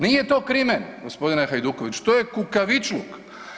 Nije to krimen gospodine Hajdukoviću to je kukavičluk.